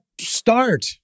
start